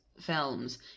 films